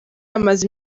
amaze